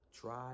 Try